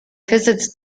visits